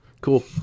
cool